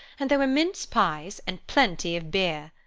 and there were mince-pies, and plenty of beer.